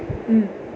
mm